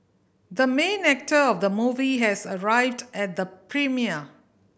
the main actor of the movie has arrived at the premiere